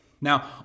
Now